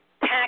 pack